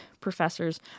professors